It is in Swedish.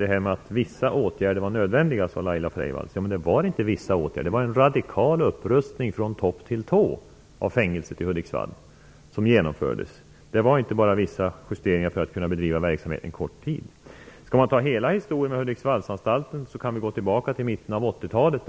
är att vissa åtgärder var nödvändiga, säger Laila Freivalds. Men det var inte fråga om "vissa åtgärder", utan det var en radikal upprustning av fängelset i Hudiksvall som genomfördes från topp till tå så att säga. Det var inte bara fråga om vissa justeringar för att man skulle kunna bedriva verksamheten en kort tid. För att dra hela historien om Hudiksvallsanstalten går jag tillbaka till mitten av 80-talet.